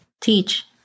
teach